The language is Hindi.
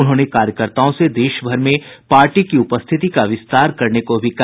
उन्होंने कार्यकर्ताओं से देश भर में पार्टी की उपस्थिति का विस्तार करने को भी कहा